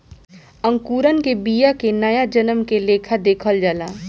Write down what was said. अंकुरण के बिया के नया जन्म के लेखा देखल जाला